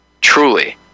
Truly